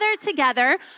together